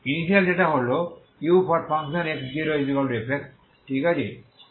initial data হল ux0f ঠিক আছে